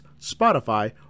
Spotify